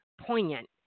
poignant